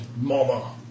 mama